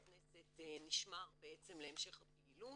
ההתחייבות הייתה לסגור את כל המסגרות המבדלות,